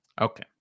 Okay